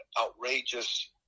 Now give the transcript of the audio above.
outrageous